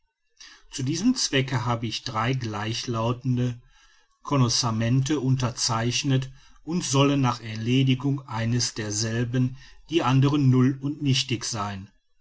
zu dem zwecke habe ich drei gleichlautende connossamente unterzeichnet und sollen nach erledigung eines derselben die anderen null und nichtig sein